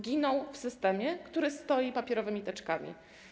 Giną w systemie, który stoi papierowymi teczkami.